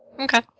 Okay